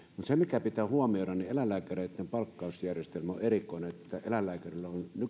se mikä pitää huomioida on että eläinlääkäreitten palkkausjärjestelmä on erikoinen eläinlääkärit